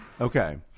Okay